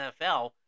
NFL